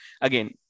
again